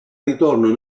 ritorno